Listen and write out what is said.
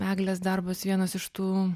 eglės darbas vienas iš tų